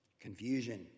Confusion